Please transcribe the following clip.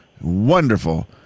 wonderful